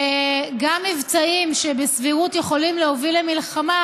שגם מבצעים שבסבירות יכולים להוביל למלחמה